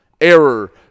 error